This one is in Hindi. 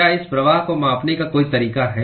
क्या इस प्रवाह को मापने का कोई तरीका है